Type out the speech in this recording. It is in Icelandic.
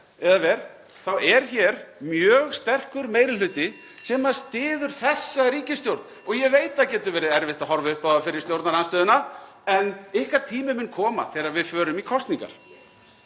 eða verr þá er hér mjög sterkur meiri hluti (Forseti hringir.) sem styður þessa ríkisstjórn. Ég veit að það getur verið erfitt að horfa upp á það fyrir stjórnarandstöðuna en ykkar tími mun koma þegar við förum í kosningar.